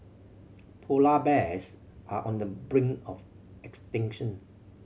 polar bears are on the brink of extinction